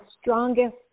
strongest